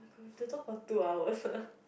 oh we have to talk for two hours